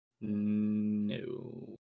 No